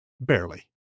barely